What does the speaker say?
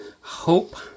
hope